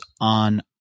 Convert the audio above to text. on